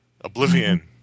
Oblivion